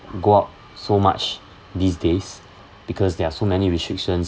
go out so much these days because there are so many restrictions